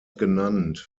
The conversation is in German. genannt